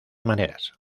maneras